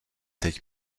teď